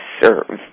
serve